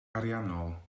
ariannol